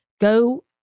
go